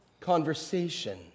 conversation